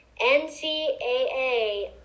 NCAA